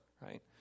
right